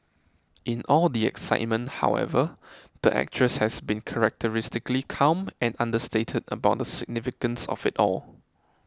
in all the excitement however the actress has been characteristically calm and understated about the significance of it all